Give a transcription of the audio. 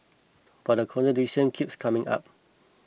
but the contradiction keeps coming up